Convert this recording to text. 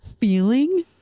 feeling